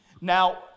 Now